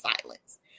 silence